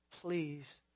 Please